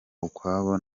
ukwabo